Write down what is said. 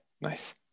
nice